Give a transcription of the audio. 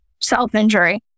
self-injury